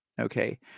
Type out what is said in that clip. Okay